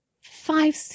five